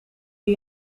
die